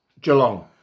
Geelong